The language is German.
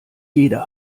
jeder